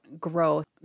growth